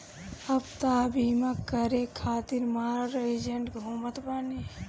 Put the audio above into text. अब तअ बीमा करे खातिर मार एजेन्ट घूमत बाने